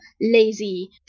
lazy